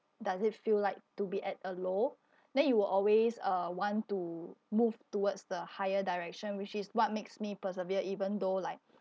does it feel like to be at a low then you will always uh want to move towards the higher direction which is what makes me persevere even though like